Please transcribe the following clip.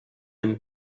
him